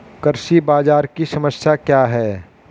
कृषि बाजार की समस्या क्या है?